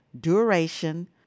duration